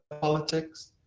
politics